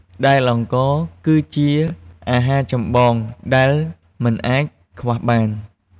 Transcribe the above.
ដែលអង្ករ គឺជាអាហារចម្បងដែលមិនអាចខ្វះបាន។